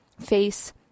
face